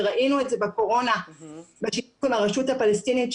וראינו את זה בקורונה בשיתוף עם הרשות הפלשתינית,